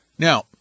Now